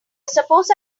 suppose